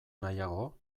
nahiago